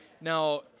Now